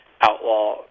outlaw